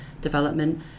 Development